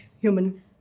human